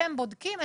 אתם בודקים,